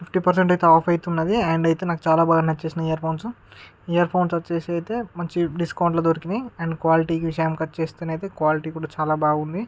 fifty percent అయితే off అయితే ఉన్నది అండ్ అయితే నాకు చాలా బాగా నచ్చేస్నాయి ఇయర్ ఫోన్స్ ఇయర్ ఫోన్స్ వచ్చేసి అయితే చీప్ డిస్కౌంట్లో దొరికినాయ్ అండ్ క్వాలిటీ విషయానికొచెస్తే క్వాలిటీ కూడా చాలా బాగుంది